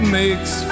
makes